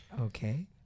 Okay